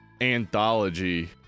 anthology